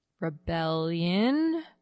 rebellion